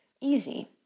easy